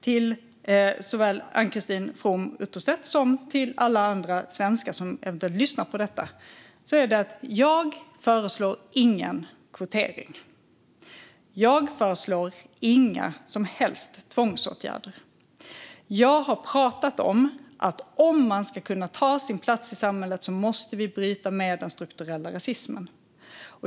Till såväl Ann-Christine From Utterstedt som alla andra svenskar som eventuellt lyssnar på detta: Jag föreslår ingen kvotering. Jag föreslår inga som helst tvångsåtgärder. Jag har pratat om att om alla ska kunna ta sin plats i samhället måste vi bryta med den strukturella rasismen.